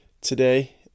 today